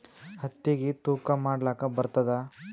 ಹತ್ತಿಗಿ ತೂಕಾ ಮಾಡಲಾಕ ಬರತ್ತಾದಾ?